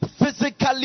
physically